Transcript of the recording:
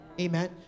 Amen